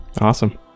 Awesome